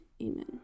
amen